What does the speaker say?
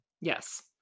Yes